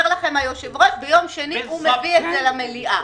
אומר לכם היושב-ראש ביום שני הוא מביא את זה למליאה.